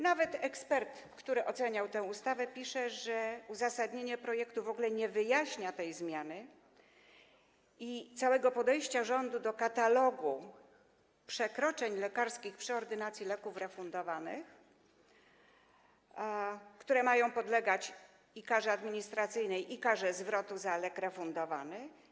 Nawet ekspert, który oceniał tę ustawę, pisze, że uzasadnienie projektu w ogóle nie wyjaśnia tej zmiany i całego podejścia rządu do katalogu przekroczeń lekarskich przy ordynacji leków refundowanych, które mają podlegać karze administracyjnej i karze zwrotu za lek refundowany.